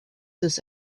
this